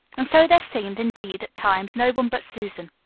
and so there seemed, indeed, at times, no one but susan.